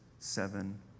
seven